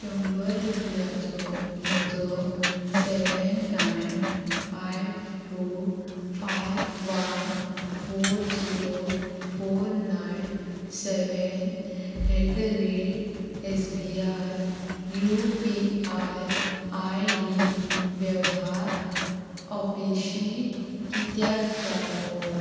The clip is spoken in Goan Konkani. शंबर रुपयाचो म्हजो seven nine five two five one four zero four nine seven eight the rate S B I U P I I D वेव्हार अपेशी कित्याक जालो